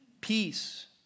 peace